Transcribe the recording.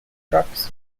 trucks